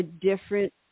different